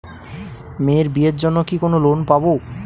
মেয়ের বিয়ের জন্য কি কোন লোন পাব?